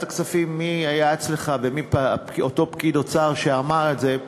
הכספים ומי אותו פקיד אוצר שאמר את זה.